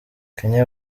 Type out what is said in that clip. kenya